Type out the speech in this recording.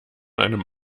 einem